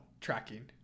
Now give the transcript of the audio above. tracking